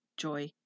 joy